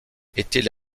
étaient